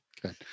Good